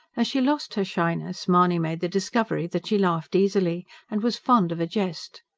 as she lost her shyness mahony made the discovery that she laughed easily, and was fond of a jest.